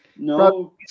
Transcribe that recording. No